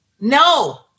no